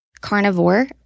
carnivore